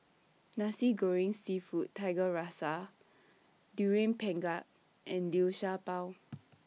Nasi Goreng Seafood Tiga Rasa Durian Pengat and Liu Sha Bao